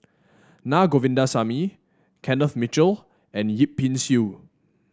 Na Govindasamy Kenneth Mitchell and Yip Pin Xiu